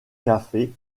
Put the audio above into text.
cafés